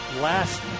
last